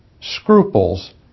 scruples